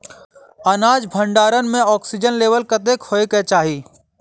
अनाज भण्डारण म ऑक्सीजन लेवल कतेक होइ कऽ चाहि?